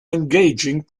engaging